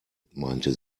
meinte